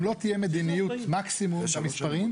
אם לא תהיה מדיניות מקסימום במספרים,